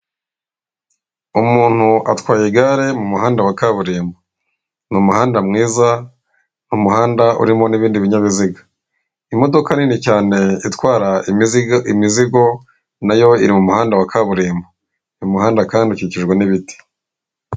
Umuntu atwaye igare mu muhanda wa kaburimbo, ni umuhanda mwiza ni umuhanda urimo n'ibindi binyabiziga, imodoka nini cyane itwara imizigo nayo iri mu muhanda wa kaburimbo uy'umuhanda kandi ukikijwe n'ibiti.